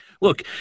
look